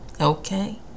Okay